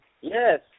Yes